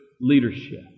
leadership